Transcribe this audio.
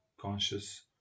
conscious